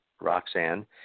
Roxanne